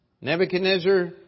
Nebuchadnezzar